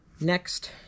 Next